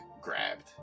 grabbed